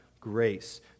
grace